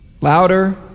Louder